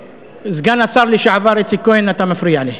סגן השר לשעבר איציק כהן, אתה מפריע לי.